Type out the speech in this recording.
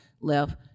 left